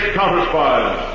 Counterspies